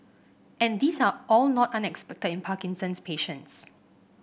and these are all not unexpected in Parkinson's patients